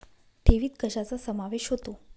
ठेवीत कशाचा समावेश होतो?